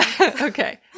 Okay